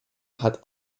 hat